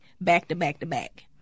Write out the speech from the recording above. back-to-back-to-back